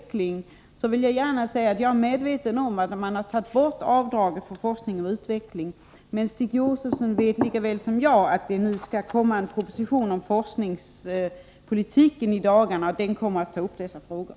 Jag är medveten om att man har tagit bort avdraget för forskning och utveckling, men Stig Josefson vet lika väl som jag att det skall komma en proposition om forskningspolitiken i dagarna, och den kommer att ta upp dessa frågor.